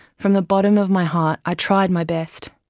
from the bottom of my heart i tried my best.